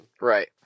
Right